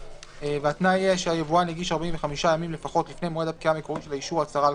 שוב, זו חליפה מאוד מדויקת שתפרנו פה.